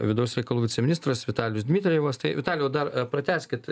vidaus reikalų viceministras vitalijus dmitrijevas tai vitalijau dar pratęskit